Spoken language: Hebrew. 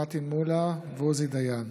פטין מולא ועוזי דיין,